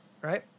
right